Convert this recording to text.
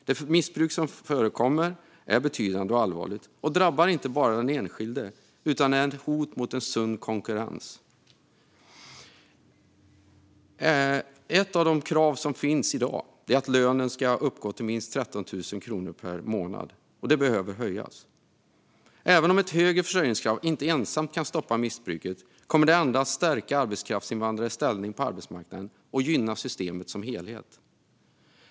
Det missbruk som förekommer är betydande och allvarligt och drabbar inte bara den enskilde; det är även ett hot mot en sund konkurrens. Ett av de krav som finns i dag är att lönen ska uppgå till minst 13 000 kronor per månad. Detta behöver höjas. Även om ett högre försörjningskrav inte ensamt kan stoppa missbruket kommer det ändå att stärka arbetskraftsinvandrares ställning på arbetsmarknaden och gynna systemet som helhet.